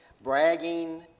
bragging